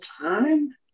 time